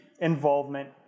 involvement